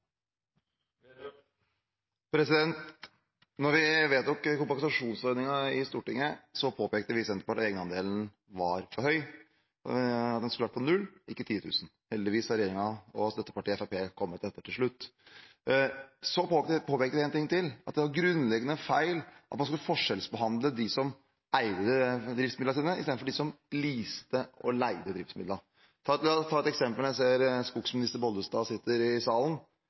vi vedtok kompensasjonsordningen i Stortinget, påpekte vi i Senterpartiet at egenandelen var for høy. Den skulle vært på null – ikke titusen. Heldigvis har regjeringen og støttepartiet, Fremskrittspartiet, kommet etter til slutt. Vi påpekte en ting til, at det var grunnleggende feil at man skulle forskjellsbehandle dem som eide driftsmidlene sine, og dem som leaste og leide driftsmidler. Jeg vil ta et eksempel, for jeg ser skogsminister Bollestad sitter i salen.